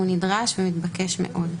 והוא נדרש ומתבקש מאוד.